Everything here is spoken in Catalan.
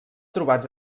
trobats